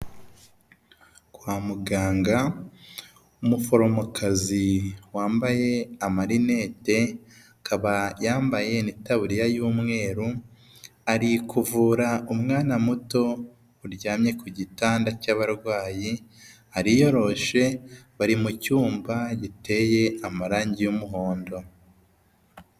Kwa muganga umuforomokazi wambaye amarinete akaba yambaye n'itaburiya y'umweru ari kuvura umwana muto uryamye ku gitanda cy'abarwayi, ariyoroshe bari mu cyumba giteye amarangi y'umuhondo.